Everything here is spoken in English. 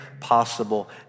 possible